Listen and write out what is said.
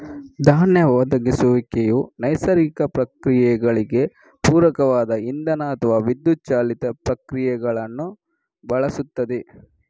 ಧಾನ್ಯ ಒಣಗಿಸುವಿಕೆಯು ನೈಸರ್ಗಿಕ ಪ್ರಕ್ರಿಯೆಗಳಿಗೆ ಪೂರಕವಾದ ಇಂಧನ ಅಥವಾ ವಿದ್ಯುತ್ ಚಾಲಿತ ಪ್ರಕ್ರಿಯೆಗಳನ್ನು ಬಳಸುತ್ತದೆ